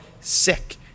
sick